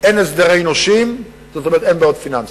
אין הסדרי נושים, כלומר אין בעיות פיננסיות.